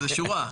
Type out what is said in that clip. זאת שורה.